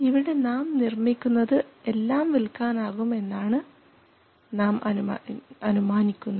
ഇവിടെ നാം നിർമ്മിക്കുന്നത് എല്ലാം വിൽക്കാൻ ആകും എന്നാണ് നാം അനുമാനിക്കുന്നത്